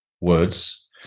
words